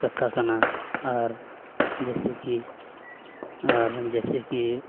ᱠᱟᱛᱷᱟ ᱠᱟᱱᱟ ᱟᱨ ᱡᱮᱭᱥᱮ ᱠᱤ ᱟᱨ ᱡᱮᱭᱥᱮ ᱠᱤ